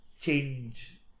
change